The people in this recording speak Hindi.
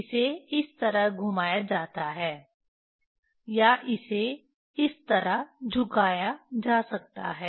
इसे इस तरह घुमाया जाता है या इसे इस तरह झुकाया जा सकता है